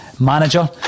manager